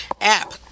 app